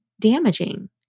damaging